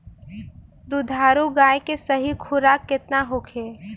दुधारू गाय के सही खुराक केतना होखे?